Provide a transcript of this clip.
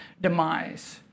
demise